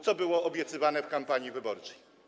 To było obiecywane w kampanii wyborczej.